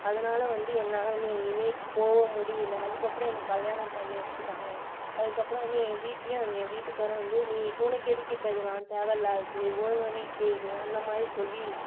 அதனால் வந்து என்னால் வந்து எங்கேயுமே போக முடியலை அதுக்கப்பறம் எனக்கு கல்யாணம் பண்ணி வச்சுட்டாங்க அதுக்கப்பறம் வந்து என் வீட்டுலேயும் என் வீட்டுக்காரரும் வந்து நீ உனக்கு எதுக்கு இப்போ இதெல்லாம் தேவையில்லாதது ஒழுங்காக வீட்டிலேயே இரு அந்தமாதிரி சொல்லி